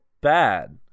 bad